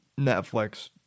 Netflix